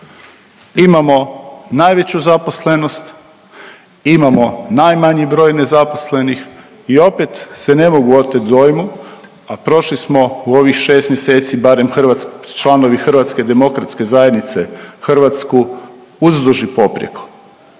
imamo najveću zaposlenost, imamo najmanji broj nezaposlenih i opet se ne mogu otet dojmu, a prošli smo u ovih 6 mjeseci barem članovi HDZ-a Hrvatsku uzduž i poprijeko.